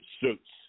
suits